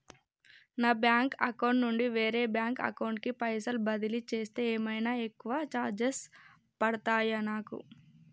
నా bank account నుండి వేరే బ్యాంక్ అకౌంట్ కి పైసల్ బదిలీ చేస్తే ఏమైనా ఎక్కువ చార్జెస్ పడ్తయా నాకు?